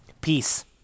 peace